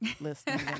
listening